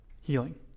healing